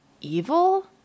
evil